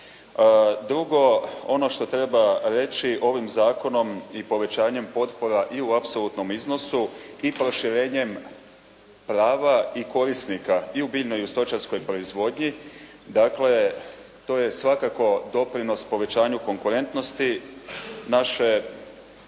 Drugo, ono što treba reći ovim zakonom i povećanjem potpora i u apsolutnom iznosu i proširenjem prava i korisnika i u biljnoj i stočarskoj proizvodnji. Dakle, to je svakako doprinos povećanju konkurentnosti naše